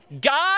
God